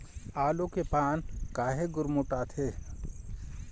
आलू के पान काहे गुरमुटाथे?